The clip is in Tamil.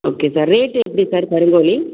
ஓகே சார் ரேட் எப்படி சார் கருங்கோழி